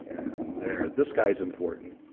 there. this guy is important.